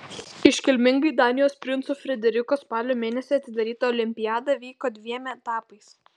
iškilmingai danijos princo frederiko spalio mėnesį atidaryta olimpiada vyko dviem etapais